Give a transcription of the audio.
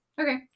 Okay